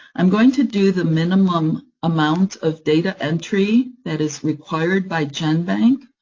i'm going to do the minimum amount of data entry that is required by genbank,